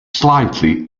slightly